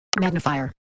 magnifier